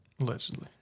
Allegedly